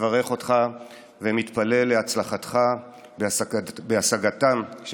מברך אותך ומתפלל להצלחתך בהשגתם של